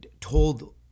told